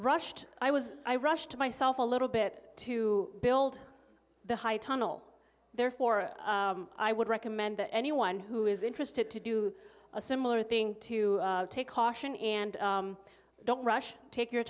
rushed i was i rushed myself a little bit to build the high tunnel therefore i would recommend to anyone who is interested to do a similar thing to take caution and don't rush take your